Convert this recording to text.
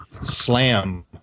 slam